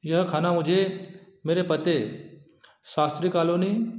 यह खाना मुझे मेरे पते शास्त्री कालोनी